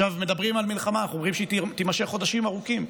מדברים על מלחמה שאנחנו אומרים שהיא תימשך חודשים ארוכים,